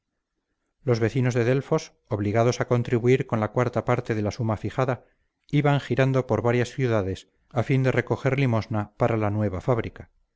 los vecinos de delfos obligados a contribuir con la cuarta parte de la suma fijada iban girando por varias ciudades a fin de recoger limosna para la nueva fábrica